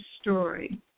story